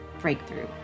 breakthrough